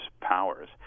powers